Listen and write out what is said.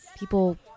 People